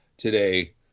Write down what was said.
today